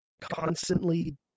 constantly